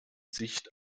sicht